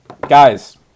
Guys